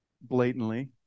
blatantly